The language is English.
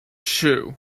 shoe